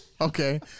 Okay